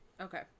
Okay